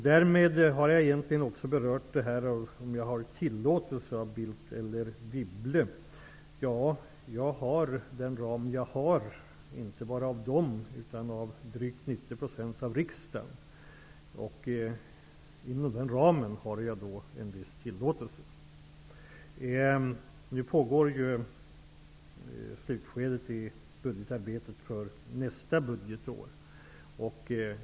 Därmed har jag egentligen berört frågan om huruvida jag har tillåtelse av Carl Bildt eller Anne Wibble. Ja, jag har den ram som jag har och som har fastställts inte bara av dem utan också av drygt 90 % av riksdagen. Inom den ramen har jag en viss tillåtelse. Nu befinner sig ju arbetet i slutskedet vad gäller nästa års budget.